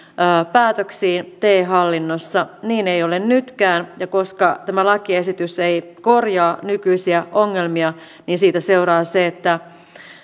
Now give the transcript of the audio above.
päätöksiin te hallinnossa niin ei ole nytkään ja koska tämä lakiesitys ei korjaa nykyisiä ongelmia niin siitä seuraa se että